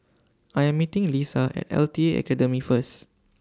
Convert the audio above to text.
I Am meeting Leesa At L T A Academy First